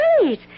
great